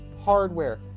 hardware